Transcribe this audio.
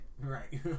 right